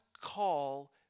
call